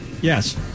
Yes